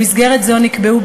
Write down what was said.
במסגרת זו נקבעו,